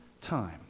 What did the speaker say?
time